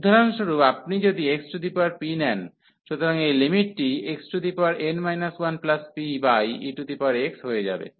উদাহরণস্বরূপ আপনি যদি xp নেন সুতরাং এই লিমিটটি xn 1pex হয়ে যাবে